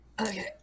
Okay